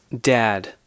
dad